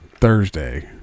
Thursday